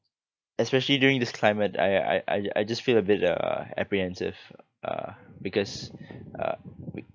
especially during this climate I I I I just feel a bit uh apprehensive uh because uh w~